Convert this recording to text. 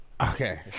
okay